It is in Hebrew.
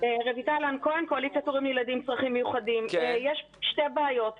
יש שתי בעיות,